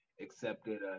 accepted